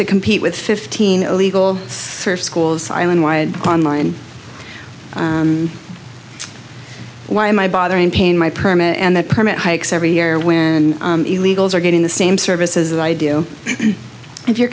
to compete with fifteen illegal search schools island wide online why am i bothering pain my permit and the permit hikes every year when illegals are getting the same services that i do if you